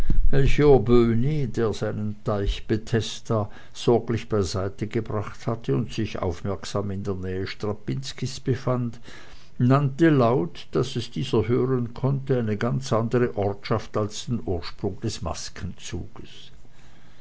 der seinen teich bethesda sorglich beiseite gebracht hatte und sich aufmerksam in der nähe strapinskis befand nannte laut daß dieser es hören konnte eine ganz andere ortschaft als den ursprungsort des